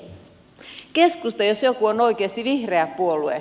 keskusta jos joku on oikeasti vihreä puolue